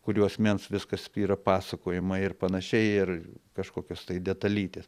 kurio asmens viskas yra pasakojama ir panašiai ir kažkokios tai detalytės